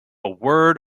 word